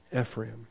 Ephraim